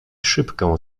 szybkę